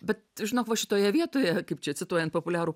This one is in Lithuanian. bet žinok va šitoje vietoje kaip čia cituojant populiarų